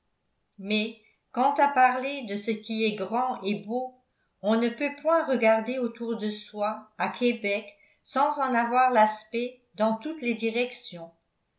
lointain mais quant à parler de ce qui est grand et beau on ne peut point regarder autour de soi à québec sans en avoir l'aspect dans toutes les directions